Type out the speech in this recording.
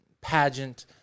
pageant